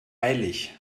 eilig